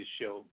show